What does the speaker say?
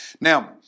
Now